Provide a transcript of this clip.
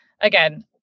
again